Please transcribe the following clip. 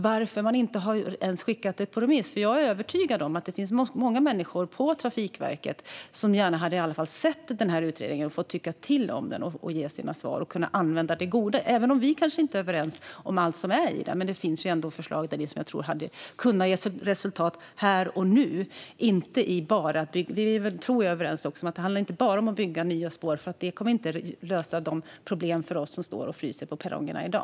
Varför har man inte ens skickat utredningen på remiss? Jag är övertygad om att det finns många människor på Trafikverket som gärna i alla fall hade sett den och fått tycka till om den, ge sina svar och använda det goda. Vi kanske inte är överens om allt i utredningen, men det finns ändå förslag i den som jag tror hade kunnat ge resultat här och nu. Vi är, tror jag, överens också om att det inte bara handlar om att bygga nya spår, för det kommer inte att lösa problemen för oss som står och fryser på perrongerna i dag.